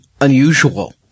unusual